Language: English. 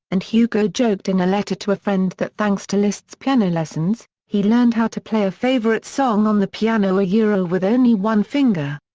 and hugo joked in a letter to a friend that thanks to liszt's piano lessons, he learned how to play a favourite song on the piano ah with only one finger.